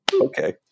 okay